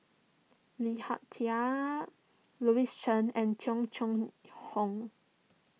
Lee Hak Tai Louis Chen and Tung Chye Hong